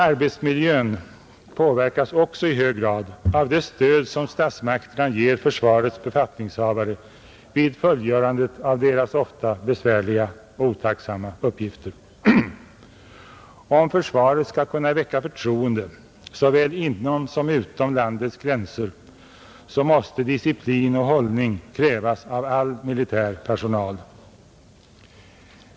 Arbetsmiljön påverkas också i hög grad av det stöd som statsmakterna ger försvarets befattningshavare vid fullgörandet av deras ofta besvärliga och otacksamma uppgifter. Om försvaret skall kunna väcka förtroende, såväl inom som utom landets gränser, så måste disciplin och hållning krävas av all militär personal.